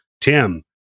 Tim